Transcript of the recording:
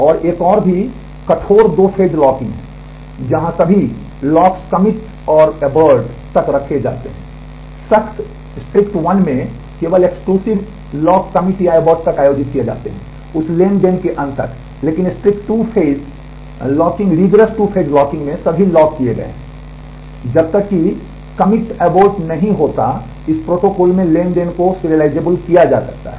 और एक और भी कठोर कठोर दो फेज लॉकिंग है जहां सभी लॉक्स तक रखे जाते हैं